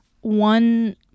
one